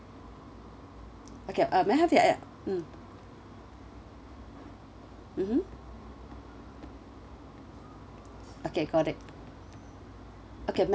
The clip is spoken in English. okay uh may I have your ad~ mm mmhmm okay got it okay ma'am